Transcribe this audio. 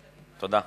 תודה.